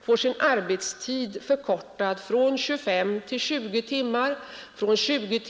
får sin arbetstid förkortad från 25 till 20 timmar eller från 20